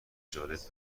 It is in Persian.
جالب